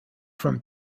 from